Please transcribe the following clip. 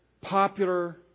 popular